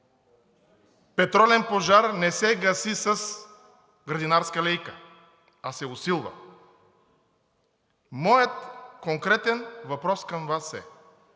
петролен пожар не се гаси с градинарска лейка, а се усилва. Моят конкретен въпрос към Вас е: